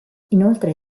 inoltre